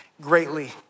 greatly